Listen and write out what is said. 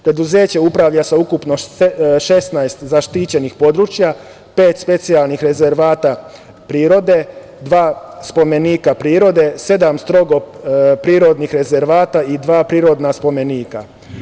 Preduzeće upravlja sa ukupno 16 zaštićenih područja, pet specijalnih rezervata prirode, dva spomenika prirode, sedam strogo prirodnih rezervata i dva prirodna spomenika.